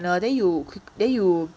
then you then you